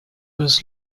was